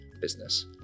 business